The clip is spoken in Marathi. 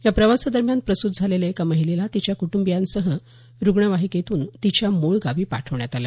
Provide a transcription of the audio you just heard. या प्रवासादरम्यान प्रसूत झालेल्या एका महिलेला तिच्या कुटुंबियांसह रुग्णवाहिकेतून तिच्या मूळ गावी पाठवण्यात आलं